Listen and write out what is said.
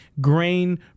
grain